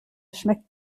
schmeckt